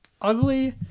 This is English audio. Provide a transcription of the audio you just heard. ugly